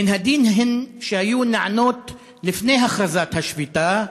מן הדין שהיו נענות לפני הכרזת השביתה.